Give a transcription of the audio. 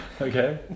Okay